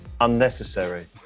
Unnecessary